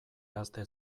ahazten